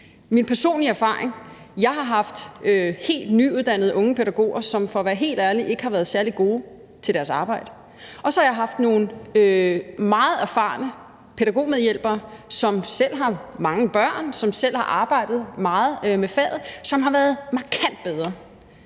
Min personlige erfaring: Jeg har haft helt nyuddannede unge pædagoger, som for at være helt ærlig ikke har været særlig gode til deres arbejde, og så har jeg haft nogle meget erfarne pædagogmedhjælpere, som selv har mange børn, som selv har arbejdet meget med faget, og som har været markant bedre.